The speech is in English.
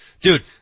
dude